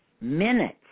minutes